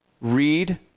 read